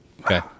Okay